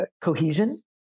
cohesion